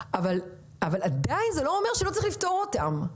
אבל זה לא אומר שלא צריך לפתור את הדברים האלה.